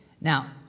Now